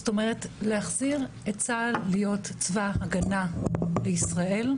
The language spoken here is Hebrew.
זאת אומרת, צבא הגנה לישראל,